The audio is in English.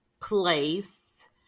place